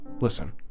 Listen